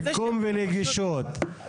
מיקום ונגישות.